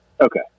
Okay